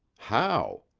how?